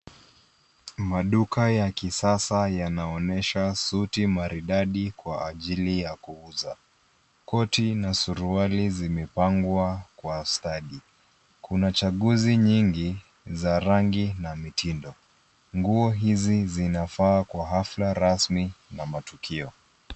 Maduka ya kisasa yanaonesha suti maridadi kwa ajili ya kuuza. Koti na suruali zimepangwa kwa stadi. Kuna chaguzi nyingi za rangi na mitindo. Nguo hizi zinafaa kwa hafla rasmi na matukio.